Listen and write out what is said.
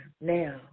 now